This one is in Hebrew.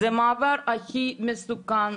זה המעבר הכי מסוכן,